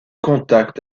contact